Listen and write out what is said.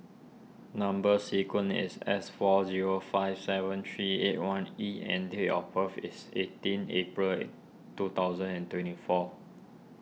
Number Sequence is S four zero five seven three eight one E and date of birth is eighteen April two thousand and twenty four